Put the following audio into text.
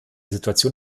situation